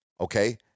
Okay